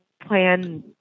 plan